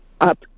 up